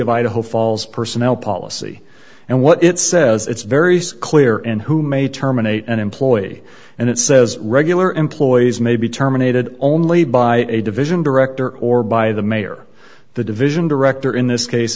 of idaho falls personnel policy and what it says it's very clear and who may terminate an employee and it says regular employees may be terminated only by a division director or by the mayor the division director in this case